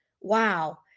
Wow